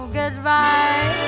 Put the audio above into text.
goodbye